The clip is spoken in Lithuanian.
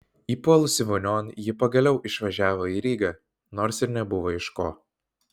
įpuolusi vonion ji pagaliau išvažiavo į rygą nors ir nebuvo iš ko